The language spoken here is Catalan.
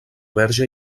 verge